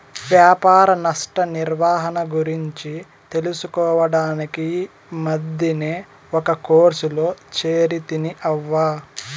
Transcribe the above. వ్యాపార నష్ట నిర్వహణ గురించి తెలుసుకోడానికి ఈ మద్దినే ఒక కోర్సులో చేరితిని అవ్వా